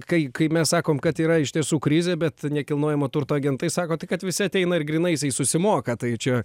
kai kai mes sakom kad yra iš tiesų krizė bet nekilnojamo turto agentai sako tai kad visi ateina ir grynaisiais susimoka tai čia